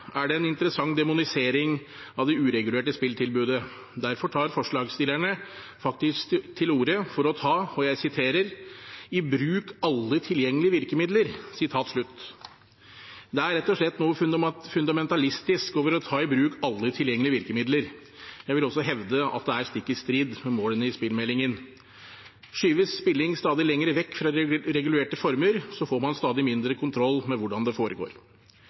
er det en interessant demonisering av det uregulerte spilltilbudet. Derfor tar forslagsstillerne faktisk til orde for å ta i bruk «alle tilgjengelige virkemidler». Det er rett og slett noe fundamentalistisk over å ta i bruk alle tilgjengelige virkemidler. Jeg vil også hevde at det er stikk i strid med målene i spillmeldingen. Skyves spilling stadig lenger vekk fra regulerte former, får man stadig mindre kontroll med hvordan det foregår.